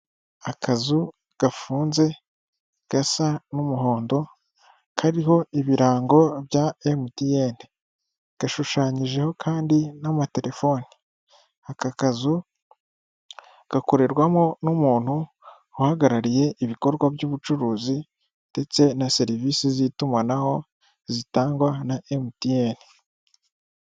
Akazu gafunze gasa n'umuhondo, kariho ibirango bya MTN, gashushanyijeho kandi n'amatelefoni, aka kazu gakorerwamo n'umuntu uhagarariye ibikorwa by'ubucuruzi ndetse na serivisi z'itumanaho zitangwa na MTN.